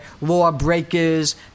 lawbreakers